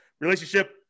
relationship